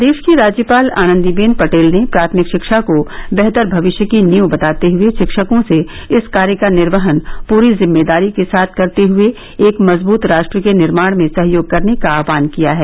प्रदेश की राज्यपाल आनंदीबेन पटेल ने प्राथमिक शिक्षा को बेहतर भविष्य की नींव बताते हुए शिक्षकों से इस कार्य का निर्वहन पूरी जिम्मेदारी के साथ करते हुए एक मजबूत राष्ट्र के निर्माण में सहयोग करने का आहवान किया है